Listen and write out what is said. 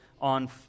on